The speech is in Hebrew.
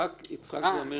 כי אני חבר כנסת מנומס.